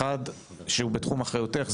אחד שהוא בתחום אחריותך,